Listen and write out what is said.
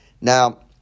Now